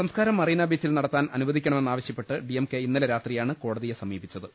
സംസ്കാരം മറീനാബീ ച്ചിൽ നടത്താൻ അനുവദിക്കണമെന്നാവശൃപ്പെട്ട് ഡി എം കെ ഇന്നല രാത്രിയാണ് കോടതിയെ സമീപിച്ചത്